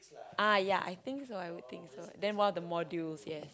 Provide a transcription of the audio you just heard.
ah ya I think so I would think so then while the modules yes